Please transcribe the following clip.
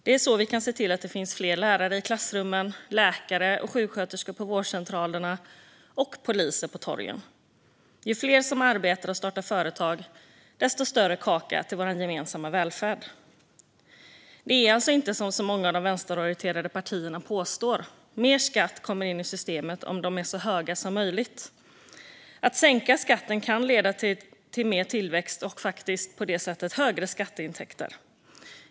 Det är så vi kan se till att det finns fler lärare i klassrummen, läkare och sjuksköterskor på vårdcentralerna och poliser på torgen. Ju fler som arbetar och startar företag, desto större blir kakan till vår gemensamma välfärd. Det är alltså inte som många av de vänsterorienterade partierna påstår: att mer skatt kommer in i systemet om skatterna är så höga som möjligt. Att sänka skatten kan leda till mer tillväxt och på det sättet till högre skatteintäkter.